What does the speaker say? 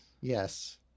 Yes